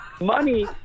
money